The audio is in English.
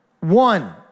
One